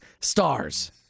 stars